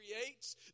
creates